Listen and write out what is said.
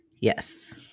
yes